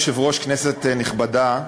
אדוני היושב-ראש, כנסת נכבדה,